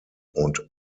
und